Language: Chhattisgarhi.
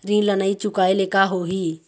ऋण ला नई चुकाए ले का होही?